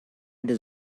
does